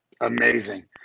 amazing